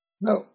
No